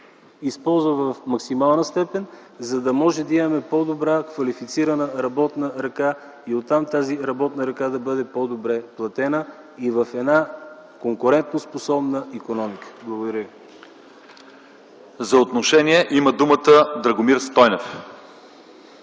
използва в максимална степен, за да можем да имаме по-добра квалифицирана работна ръка и оттам тази работна ръка да бъде по-добре платена и в една конкурентоспособна икономика. Благодаря ви.